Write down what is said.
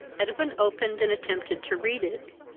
edwin opened and attempted to read it.